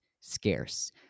scarce